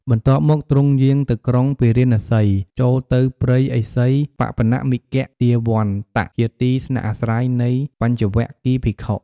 បន្ទាប់មកទ្រង់យាងទៅក្រុងពារាណសី ចូលទៅព្រៃឥសីបបនមិគទាវន្ត ជាទីស្នាក់អាស្រ័យនៃបញ្ចវគិ្គយ៍ភិក្ខុ។